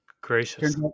Gracious